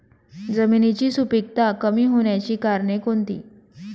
जमिनीची सुपिकता कमी होण्याची कारणे कोणती?